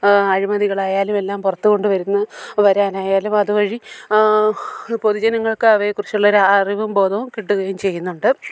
അഴിമതികളായാലും എല്ലാം പുറത്തു കൊണ്ടു വരുന്നു വരാനായാലും അതുവഴി പൊതുജനങ്ങൾക്ക് അവയെ കുറിച്ചുള്ള ഒരു അറിവും ബോധവും കിട്ടുകയും ചെയ്യുന്നുണ്ട്